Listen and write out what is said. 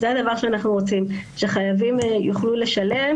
זה הדבר שאנחנו רוצים, שחייבים יוכלו לשלם.